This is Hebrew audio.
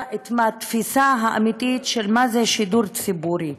את התפיסה האמיתית של שידור ציבורי,